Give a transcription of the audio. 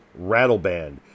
Rattleband